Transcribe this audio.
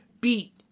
beat